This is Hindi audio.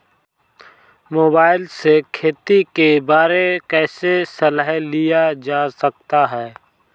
मोबाइल से खेती के बारे कैसे सलाह लिया जा सकता है?